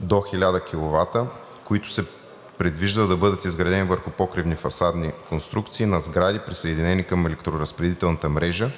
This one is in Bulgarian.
до 1000 kW, които се предвижда да бъдат изградени върху покривни фасадни конструкции на сгради, присъединени към електроразпределителната мрежа